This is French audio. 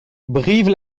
brive